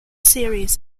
series